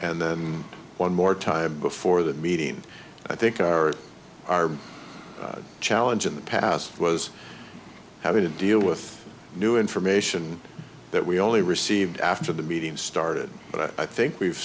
and then one more time before the meeting i think our challenge in the past was having to deal with new information that we only received after the meeting started but i think we've